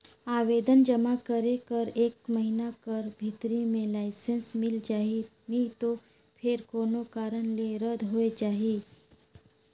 आवेदन जमा करे कर एक महिना कर भीतरी में लाइसेंस मिल जाही नी तो फेर कोनो कारन ले रद होए जाही